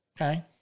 okay